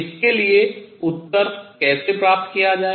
इसके लिए उत्तर कैसे प्राप्त किया जाए